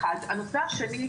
השני,